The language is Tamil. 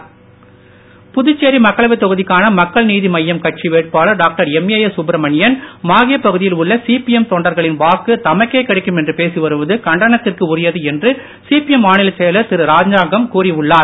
ராஜாங்கம் புதுச்சேரி மக்களவை தொகுதிக்கான மக்கள் நீதி மய்யம் கட்சி வேட்பாளர் டாக்டர் எம்ஏ சுப்பிரமணியன் மாகே பகுதியில் உள்ள சிபிஎம் தொண்டர்களின் வாக்கு தமக்கே கிடைக்கும் என்று பேசி வருவது கண்டனத்திற்கு உரியது என்று சிபிஎம் மாநிலச் செயலர் திரு ராஜாங்கம் கூறி உள்ளார்